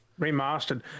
Remastered